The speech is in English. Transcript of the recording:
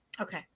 Okay